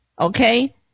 Okay